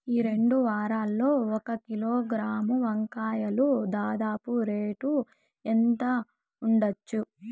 ఈ రెండు వారాల్లో ఒక కిలోగ్రాము వంకాయలు దాదాపు రేటు ఎంత ఉండచ్చు?